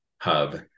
hub